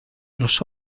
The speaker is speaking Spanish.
los